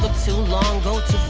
look too long, go